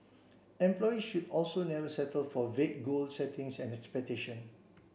employees should also never settle for vague goal settings and expectation